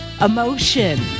emotion